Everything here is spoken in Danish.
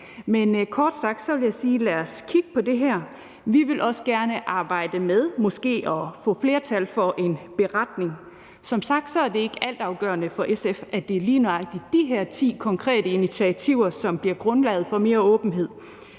Lad os kigge på det her. Vi vil også gerne arbejde med at prøve at få flertal for en beretning. Som sagt er det ikke altafgørende for SF, at det lige netop er de her ti konkrete initiativer, som bliver grundlaget for mere åbenhed.